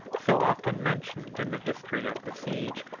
so often mentioned in the history of the siege.